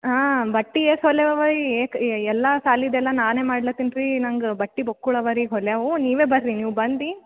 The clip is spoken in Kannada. ಹಾಂ ಬಟ್ಟೆ ಏಸ್ ಹೊಲೆವ ಈ ಏಕ್ ಎಲ್ಲ ಶಾಲಿದೆಲ್ಲ ನಾನೇ ಮಾಡ್ಲತ್ತೀನಿ ರೀ ನಂಗೆ ಬಟ್ಟೆ ಬೊಕ್ಕುಳವ ರೀ ಹೊಲ್ಯವು ನೀವೇ ಬನ್ರಿ ನೀವು ಬಂದು